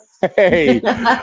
Hey